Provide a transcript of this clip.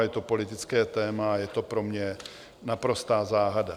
Je to politické téma a je to pro mě naprostá záhada.